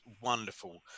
wonderful